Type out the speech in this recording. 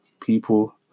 people